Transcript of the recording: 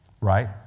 Right